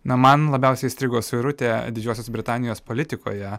na man labiausiai įstrigo suirutė didžiosios britanijos politikoje